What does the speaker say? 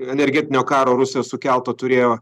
energetinio karo rusijos sukelto turėjo